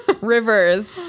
Rivers